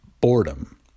boredom